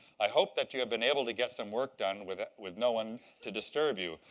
i hope that you have been able to get some work done with with no one to disturb you.